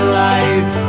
life